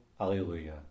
Alleluia